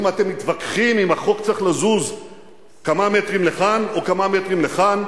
אם אתם מתווכחים אם החוק צריך לזוז כמה מטרים לכאן או כמה מטרים לכאן,